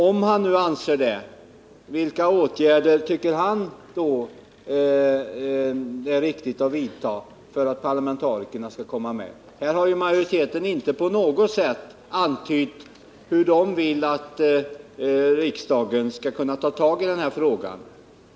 Om han anser det, vilka åtgärder tycker han då det är viktigt att vidta för att parlamentarikerna skall komma med? Utskottsmajoriteten har ju inte på något sätt antytt hur den vill att riksdagen skall ta tag i den här frågan.